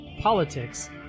politics